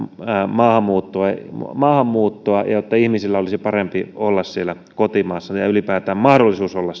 maahanmuuttoa maahanmuuttoa ja jotta ihmisillä olisi parempi olla siellä kotimaassaan ja ja ylipäätään mahdollisuus olla